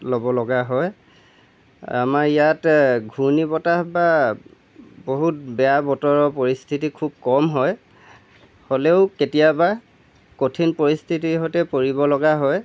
ল'ব লগা হয় আমাৰ ইয়াত ঘূৰ্ণী বতাহ বা বহুত বেয়া বতৰৰ পৰিস্থিতি খুব কম হয় হ'লেও কেতিয়াবা কঠিন পৰিস্থিতিৰ সৈতে পৰিব্লগা হয়